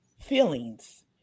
feelings